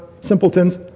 simpletons